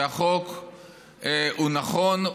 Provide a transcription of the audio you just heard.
שהחוק הוא נכון,